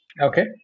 Okay